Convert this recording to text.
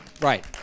right